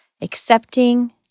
Accepting